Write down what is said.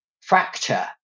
fracture